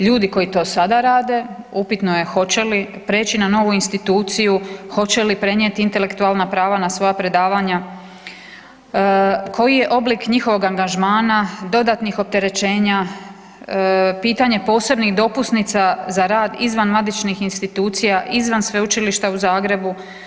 Ljudi koji to sada rade upitno je hoće li preći na novu instituciju, hoće li prenijeti intelektualna prava na svoja predavanja, koji je oblik njihovog angažmana, dodatnih opterećenja, pitanje posebnih dopusnica za rad izvan matičnih institucija, izvan Sveučilišta u Zagrebu?